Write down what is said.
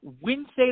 Wednesday